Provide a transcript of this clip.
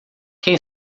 quem